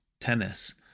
tennis